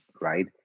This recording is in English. right